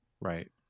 Right